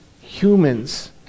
Humans